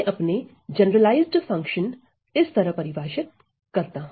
मैं अपने generalised function इस तरह परिभाषित करता